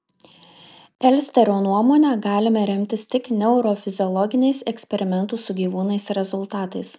elsterio nuomone galime remtis tik neurofiziologiniais eksperimentų su gyvūnais rezultatais